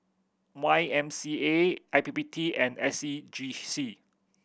Y M C A I P P T and S C G C